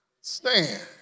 stand